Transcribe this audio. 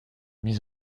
mise